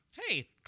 Hey